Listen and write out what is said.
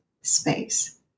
space